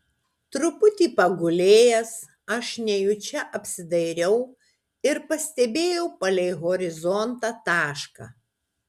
truputį pagulėjęs aš nejučia apsidairiau ir pastebėjau palei horizontą tašką